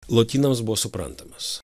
lotynams buvo suprantamas